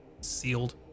sealed